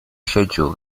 schedule